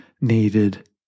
needed